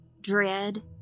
dread